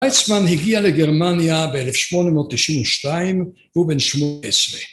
וייצמן הגיע לגרמניה ב־1892 והוא בן שמונה עשרה.